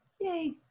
Yay